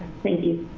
thank you.